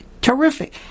terrific